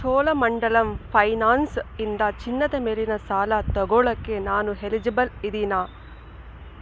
ಚೋಲಮಂಡಲಂ ಫೈನಾನ್ಸಿಂದ ಚಿನ್ನದ ಮೇಲಿನ ಸಾಲ ತಗೋಳೋಕ್ಕೆ ನಾನು ಹೆಲಿಜಿಬಲ್ ಇದ್ದೀನಾ